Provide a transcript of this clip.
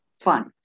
fun